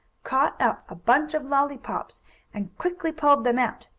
caught up a bunch of lollypops and quickly pulled them out.